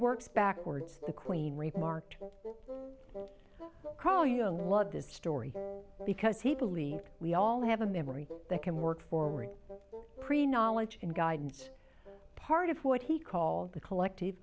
works backwards the queen remarked collier loved this story because he believed we all have a memory that can work forward pre knowledge and guides part of what he called the collective